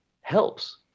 helps